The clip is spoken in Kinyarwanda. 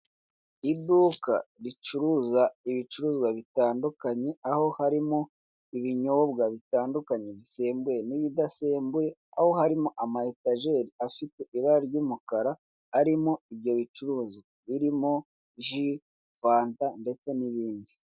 Iduka ricuruza ibicuruzwa bitandukanye, aho harimo ibinyobwa bitandukanye, bisembuye n'ibidasembuye, aho harimo ama etajeri afite ibara ry'umukara, arimo ibyo bicuruzwa, birimo ji, fanta, ndetse n'ibindi.